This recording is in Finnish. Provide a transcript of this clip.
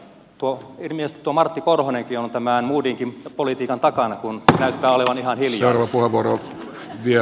ilmeisesti tuo martti korhonenkin on tämän modigin politiikan takana kun näyttää olevan ihan hiljaa tässä